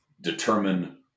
Determine